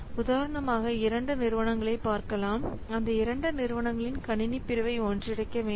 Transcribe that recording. உதாரணமாக இரண்டு நிறுவனங்களை பார்க்கலாம் அந்த இரண்டு நிறுவனங்களின் கணினி பிரிவை ஒன்றிணைக்க வேண்டும்